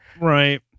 Right